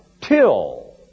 till